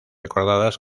recordadas